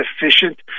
efficient